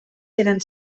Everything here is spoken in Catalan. tenen